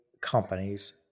companies